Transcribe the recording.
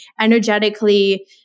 energetically